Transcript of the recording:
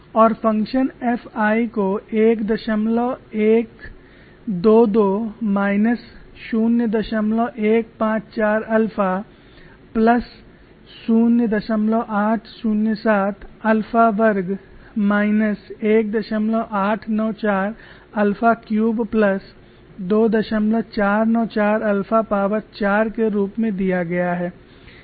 और function F I को 1122 minus 0154 alpha plus और 0807 अल्फा वर्ग minus 1894 alpha cube plus 2494 alpha power 4 के रूप में दिया गया है